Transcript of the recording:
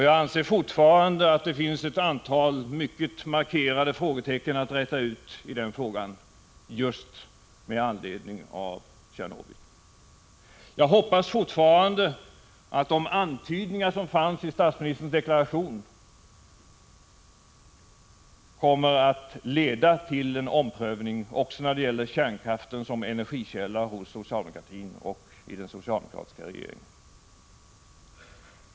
Jag anser fortfarande att det finns ett antal mycket markerade frågetecken att räta ut i denna fråga just med anledning av Tjernobyl. Jag hoppas fortfarande att de antydningar som fanns i statsministerns regeringsdeklaration kommer att leda till en omprövning hos socialdemokratin och hos den socialdemokratiska regeringen också när det gäller kärnkraften som energikälla.